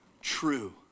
true